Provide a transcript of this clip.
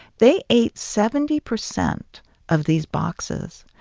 they ate seventy percent of these boxes,